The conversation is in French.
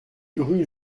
rue